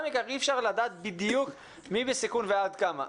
מכך אי אפשר לדעת בדיוק מי בסיכון ועד כמה,